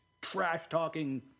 trash-talking